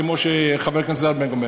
כמו שחברת הכנסת זנדברג אומרת.